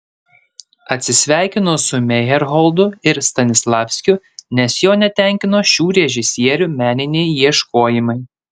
atsisveikino su mejerholdu ir stanislavskiu nes jo netenkino šių režisierių meniniai ieškojimai